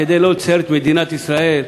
כדי לא לצייר את מדינת ישראל,